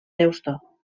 deusto